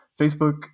Facebook